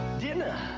dinner